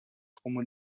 como